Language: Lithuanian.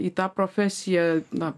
į tą profesiją na